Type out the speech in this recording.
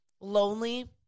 lonely